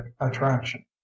attraction